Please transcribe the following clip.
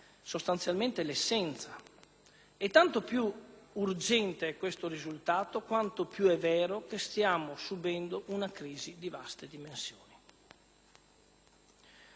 e tanto più urgente è questo risultato, quanto più è vero che stiamo subendo una crisi di vaste dimensioni. La crisi attuale, infatti,